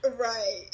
Right